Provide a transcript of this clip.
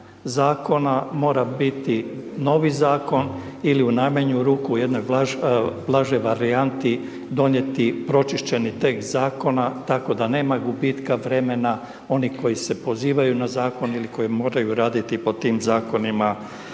zakona mora biti novi zakon ili u najmanju ruku u jednoj blažoj varijanti donijeti pročišćeni tekst zakona tako da nema gubitka vremena onih koji se pozivaju na zakon ili koji moraju raditi po tim zakonima